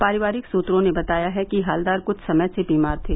पारिवारिक सूत्रों ने बताया कि हलदर कुछ समय से बीमार थे